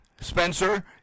Spencer